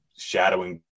Shadowing